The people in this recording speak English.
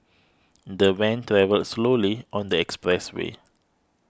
the van travelled slowly on the expressway